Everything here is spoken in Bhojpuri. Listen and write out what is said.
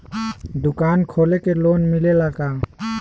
दुकान खोले के लोन मिलेला का?